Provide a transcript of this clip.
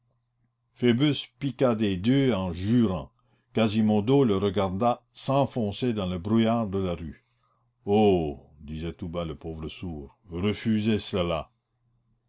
piqua des deux en jurant quasimodo le regarda s'enfoncer dans le brouillard de la rue oh disait tout bas le pauvre sourd refuser cela